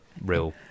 real